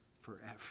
forever